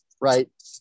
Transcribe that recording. right